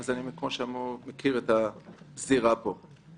כך שאני מכיר את הזירה פה.